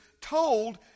told